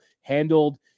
handled